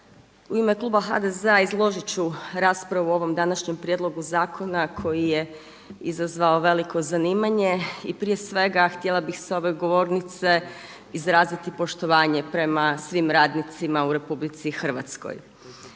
U ime kluba HDZ-a izložiti ću raspravu o ovom današnjem prijedlogu zakona koji je izazvao veliko zanimanje. I prije svega htjela bih s ove govornice izraziti poštovanje prema svim radnicima u RH. Tema je